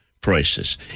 prices